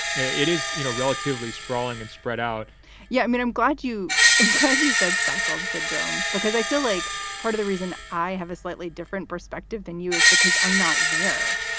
it is, you know, relatively sprawling and spread out yeah. i mean, i'm glad you and because you said stockholm syndrome because i feel like part of the reason i have a slightly different perspective than you is because i'm not there.